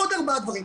עוד ארבעה דברים.